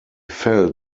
felt